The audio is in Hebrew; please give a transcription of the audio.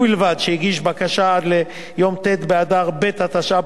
ובלבד שהגיש בקשה עד ליום ט' באדר ב' התשע"א,